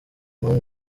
n’umwe